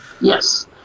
Yes